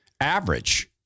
average